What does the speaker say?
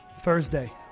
Thursday